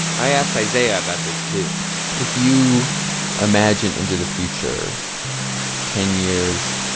i asked isaiah about this, too if you imagine into the future ten years,